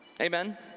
Amen